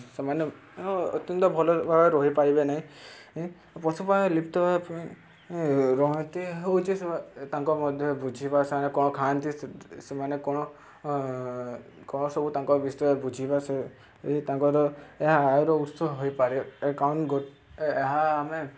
ସେମାନେ ଅତ୍ୟନ୍ତ ଭଲ ଭାବରେ ରହିପାରିବେ ନାହିଁ ପଶୁପାଳନ ହେବା ପାଇଁ ନିହାତି ହେଉଛି ତାଙ୍କ ମଧ୍ୟ ବୁଝିବା ସେମାନେ କ'ଣ ଖାଆନ୍ତି ସେମାନେ କ'ଣ କ'ଣ ସବୁ ତାଙ୍କ ବିଷୟରେ ବୁଝିବା ସେ ତାଙ୍କର ଏହାର ଉତ୍ସ ହୋଇପାରିବ କାରଣ ଏହା ଆମେ